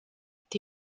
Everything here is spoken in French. est